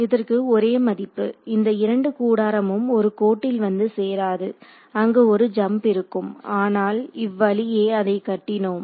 இதற்கு ஒரே மதிப்பு இந்த 2 கூடாரமும் ஒரு கோட்டில் வந்து சேராது அங்கு ஒரு ஜம்ப் இருக்கும் ஆனால் இவ்வழியே அதை கட்டினோம்